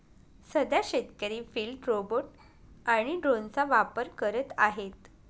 सध्या शेतकरी field robot आणि ड्रोनचा वापर करत आहेत